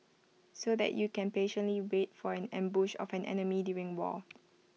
so that you can patiently wait for an ambush of an enemy during war